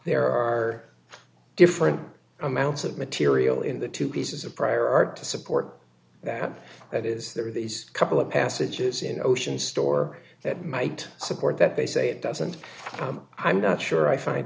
there are different amounts of material in the two pieces of prior art to support that is there are these couple of passages in ocean store that might support that they say it doesn't i'm not sure i find